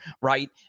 Right